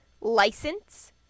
license